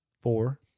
four